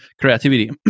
Creativity